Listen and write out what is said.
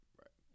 right